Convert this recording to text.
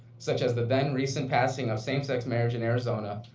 such as the then recent passing of same-sex marriage in arizona,